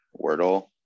Wordle